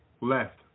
left